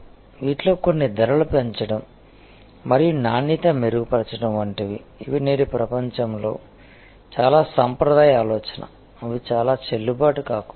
వీటిలో కొన్ని ధరలు పెంచడం మరియు నాణ్యత మెరుగుపరచడం వంటివి ఇవి నేటి ప్రపంచంలో చాలా సాంప్రదాయ ఆలోచన అవి చాలా చెల్లుబాటు కాకపోవచ్చు